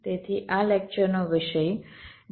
તેથી આ લેક્ચરનો વિષય ડિઝાઇન રિપ્રેઝન્ટેશન છે